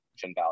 value